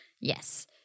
Yes